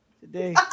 today